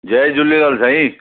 जय झूलेलाल साईं